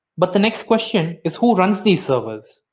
but the next question is who runs these servers?